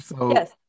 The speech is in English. Yes